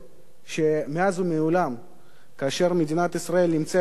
שמאז ומעולם כאשר מדינת ישראל נמצאת,